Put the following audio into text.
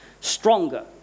stronger